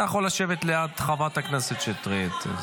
אתה יכול לשבת ליד חברת הכנסת שטרית.